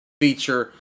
feature